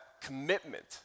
commitment